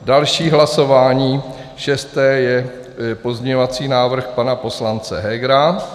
Další hlasování, šesté, je pozměňovací návrh pana poslance Hegera.